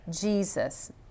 Jesus